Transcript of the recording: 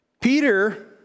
Peter